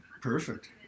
Perfect